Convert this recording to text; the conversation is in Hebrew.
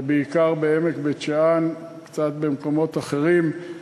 בעיקר בעמק בית-שאן, קצת במקומות אחרים.